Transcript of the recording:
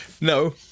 no